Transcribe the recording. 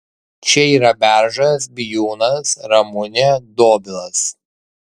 čia yra beržas bijūnas ramunė dobilas